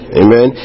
amen